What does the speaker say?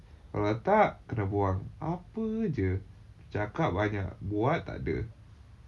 kalau tak kena buang apa jer cakap banyak buat takde